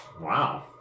Wow